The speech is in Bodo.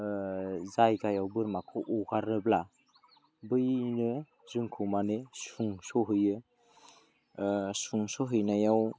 जायगायाव बोरमाखौ हगारोब्ला बैनो जोंखौ माने सुंस'होयो सुंस'हैनायाव